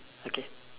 okay